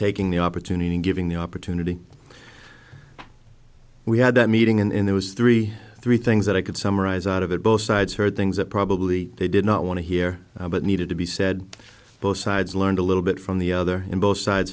taking the opportunity and giving the opportunity we had that meeting in there was three three things that i could summarize out of it both sides heard things that probably they did not want to hear but needed to be said both sides learned a little bit from the other in both sides